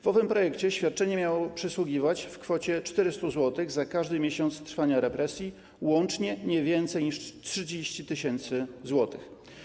W owym projekcie świadczenie miało przysługiwać w kwocie 400 zł za każdy miesiąc trwania represji, łącznie - nie więcej niż 30 tys. zł.